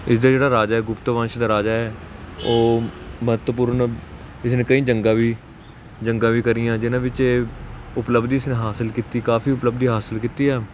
ਇਸਦਾ ਜਿਹੜਾ ਰਾਜਾ ਗੁਪਤ ਵੰਸ਼ ਦਾ ਰਾਜਾ ਹੈ ਉਹ ਮਹੱਤਪੂਰਨ ਕਿਸੇ ਨੇ ਕਈ ਜੰਗਾ ਵੀ ਜੰਗਾਂ ਵੀ ਕਰੀਆਂ ਜਿਹਨਾਂ ਵਿੱਚ ਉਪਲੱਬਧੀ ਇਸਨੇ ਹਾਸਿਲ ਕੀਤੀ ਕਾਫੀ ਉਪਲੱਬਧੀ ਹਾਸਿਲ ਕੀਤੀ ਆ